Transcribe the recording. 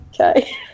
okay